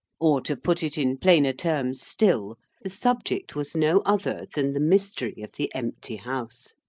or, to put it in plainer terms still, the subject was no other than the mystery of the empty house.